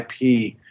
IP